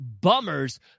bummers